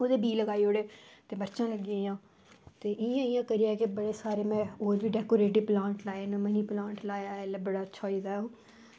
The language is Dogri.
ओह्दे बीऽ लगाई ओड़े ते ओह्दियां मर्चां लगाई ओड़ी आं ते इंया करी करी में होर बी बड़े सारे डेकोरेटिव प्लांट लाए दे न नीम दा प्लांट लाए दा ऐ ओह् बड़ा अच्छा होई दा ऐ